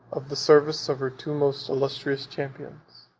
of the service of her two most illustrious champions.